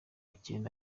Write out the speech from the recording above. icyenda